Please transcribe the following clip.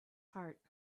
heart